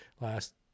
last